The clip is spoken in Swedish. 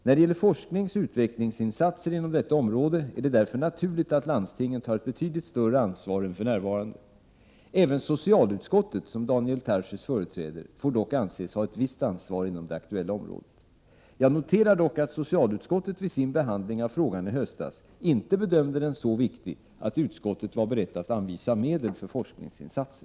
När det gäller forskningsoch utvecklingsinsatser inom detta område är det därför naturligt att landstingen tar ett betydligt större ansvar än för närvarande. Även socialutskottet, som Daniel Tarschys företräder, får dock anses ha ett visst ansvar inom det aktuella området. Jag noterar dock att socialutskottet vid sin behandling av frågan i höstas inte bedömde den så viktig, att utskottet var berett att anvisa medel för forskningsinsatser.